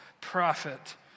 prophet